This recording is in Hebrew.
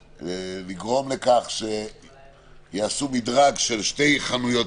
לגרום לכך שיעשו מדרג של שתי חנויות